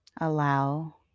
Allow